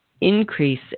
increase